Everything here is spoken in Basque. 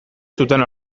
zuten